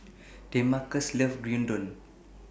Demarcus loves Gyudon